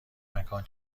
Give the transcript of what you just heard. مکان